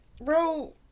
bro